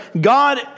God